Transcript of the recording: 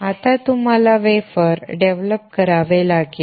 आता तुम्हाला wafer develop करावे लागेल